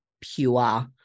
pure